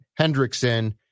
Hendrickson